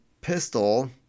pistol